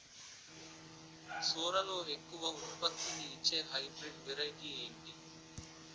సోరలో ఎక్కువ ఉత్పత్తిని ఇచే హైబ్రిడ్ వెరైటీ ఏంటి?